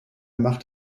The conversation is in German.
macht